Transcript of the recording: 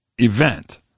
event